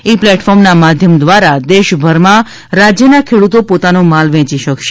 ઇ પ્લેટફોર્મના માધ્યમ દ્વારા દેશભરમાં રાજ્યના ખેડૂતો પોતાનો માલ વેચી શકશે